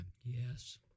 Yes